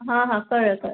हां हां कळलं कळलं